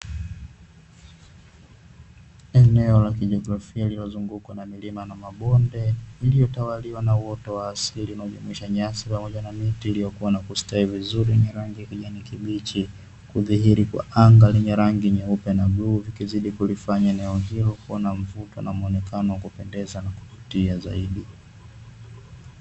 Eneo la kijiografia lililozungukwa na milima na mabonde iliyotawaliwa na uoto wa asili inaojumuisha nyasi pamoja na miti iliyokua na kustawi vizuri yenye rangi ya kijani kibichi kudhihiri kwa anga lenye rangi nyeupe na bluu likizidi kulifanya eneo hilo kuwa na mvuto na mwonekano wa kupendeza na kuvutia zaidi.